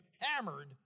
hammered